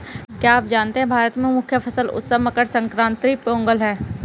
क्या आप जानते है भारत में मुख्य फसल उत्सव मकर संक्रांति, पोंगल है?